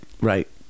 Right